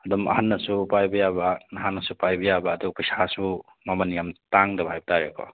ꯑꯗꯨꯝ ꯑꯍꯟꯅꯁꯨ ꯄꯥꯏꯕ ꯌꯥꯕ ꯅꯍꯥꯅꯁꯨ ꯄꯥꯏꯕ ꯌꯥꯕ ꯑꯗꯨꯒ ꯄꯩꯁꯥꯁꯨ ꯃꯃꯜ ꯌꯥꯝ ꯇꯥꯡꯗꯕ ꯍꯥꯏꯕ ꯇꯥꯔꯦꯀꯣ